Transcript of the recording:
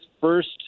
first